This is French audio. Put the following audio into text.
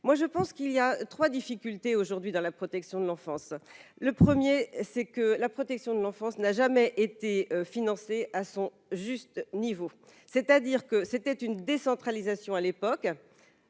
moi je pense qu'il y a 3 difficultés aujourd'hui dans la protection de l'enfance, le 1er c'est que la protection de l'enfance n'a jamais été financée à son juste niveau, c'est-à-dire que c'était une décentralisation à l'époque,